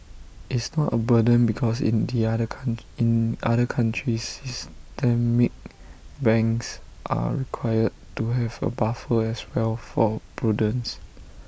it's not A burden because in the other count in other countries systemic banks are required to have A buffer as well for prudence